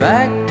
Back